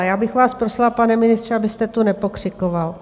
Já bych vás prosila, pane ministře, abyste tu nepokřikoval.